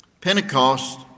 Pentecost